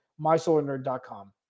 MySolarNerd.com